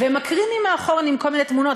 ומקרינים מאחור כל מיני תמונות,